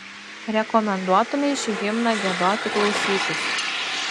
rekomenduotumei šį himną giedoti klausytis